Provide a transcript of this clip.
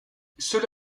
cela